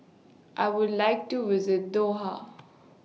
I Would like to visit Doha